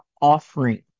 offering